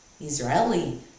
Israeli